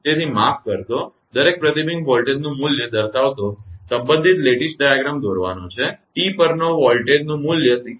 તેથી માફ કરશો દરેક પ્રતિબિંબિત વોલ્ટેજનું મૂલ્ય દર્શાવતો સંબંધિત લેટીસ ડાયાગ્રામ દોરવાનો છે t પર વોલ્ટેજનું મૂલ્ય 6